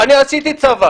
אני עשיתי צבא